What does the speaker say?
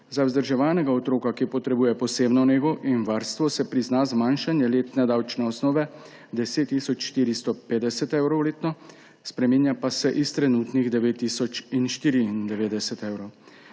za vzdrževanega otroka, ki potrebuje posebno nego in varstvo, se prizna zmanjšanje letne davčne osnove 10 tisoč 450 letno, spreminja pa se s trenutnih 9 tisoč